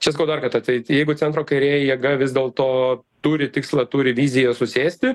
čia sakau dar kartą tai jeigu centro kairė jėga vis dėlto turi tikslą turi viziją susėsti